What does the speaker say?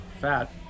fat